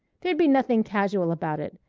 there'd be nothing casual about it.